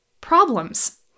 problems